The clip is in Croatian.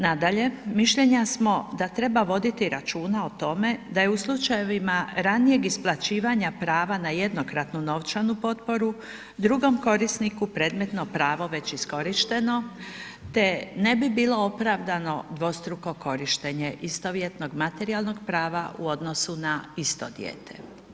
Nadalje, mišljenja smo da treba voditi računa o tome da je u slučajevima ranijeg isplaćivanja prava na jednokratnu novčanu potporu, drugom korisniku predmetno pravo već iskorišteno te ne bi bilo opravdano dvostruko korištenje istovjetnog materijalnog prava u odnosu na isto dijete.